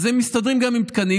אז הם מסתדרים גם עם תקנים.